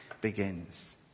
begins